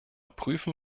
prüfen